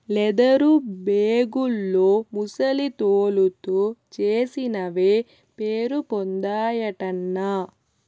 leather బేగుల్లో ముసలి తోలుతో చేసినవే పేరుపొందాయటన్నా